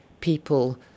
people